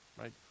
right